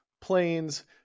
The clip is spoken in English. planes